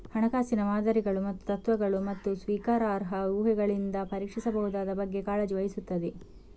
ಹಣಕಾಸಿನ ಮಾದರಿಗಳು ಮತ್ತು ತತ್ವಗಳು, ಮತ್ತು ಸ್ವೀಕಾರಾರ್ಹ ಊಹೆಗಳಿಂದ ಪರೀಕ್ಷಿಸಬಹುದಾದ ಬಗ್ಗೆ ಕಾಳಜಿ ವಹಿಸುತ್ತದೆ